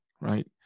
right